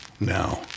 Now